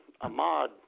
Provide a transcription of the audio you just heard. Ahmad